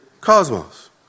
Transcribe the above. cosmos